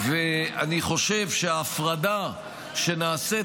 ואני חושב שההפרדה שנעשית,